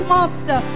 Master